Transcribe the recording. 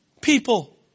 people